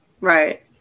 right